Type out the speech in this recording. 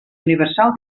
universal